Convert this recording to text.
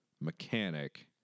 mechanic